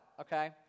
okay